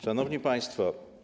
Szanowni Państwo!